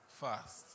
fast